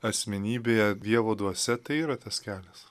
asmenybėje dievo dvasia tai yra tas kelias